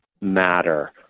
matter